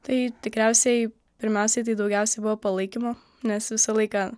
tai tikriausiai pirmiausiai tai daugiausiai buvo palaikymo nes visą laiką